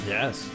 Yes